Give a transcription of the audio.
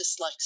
dyslexia